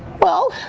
well,